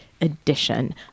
edition